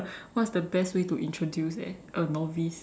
what is the best way to introduce eh a novice